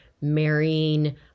marrying